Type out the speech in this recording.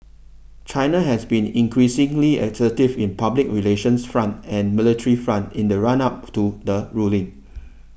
China has been increasingly assertive in the public relations front and military front in the run up to the ruling